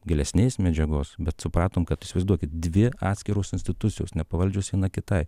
gilesnės medžiagos bet supratom kad įsivaizduokit dvi atskiros institucijos nepavaldžios viena kitai